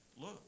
look